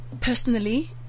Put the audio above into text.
Personally